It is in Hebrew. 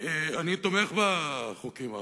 אני תומך בחוקים האחרונים.